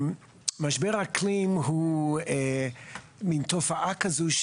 משבר האקלים הוא מן תופעה כזו,